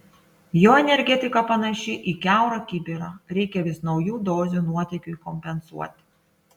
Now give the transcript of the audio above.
jo energetika panaši į kiaurą kibirą reikia vis naujų dozių nuotėkiui kompensuoti